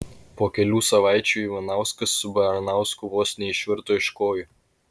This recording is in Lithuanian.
po kelių savaičių ivanauskas su baranausku vos neišvirto iš kojų